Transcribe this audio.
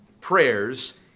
prayers